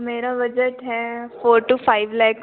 मेरा बजट है four two five lakhs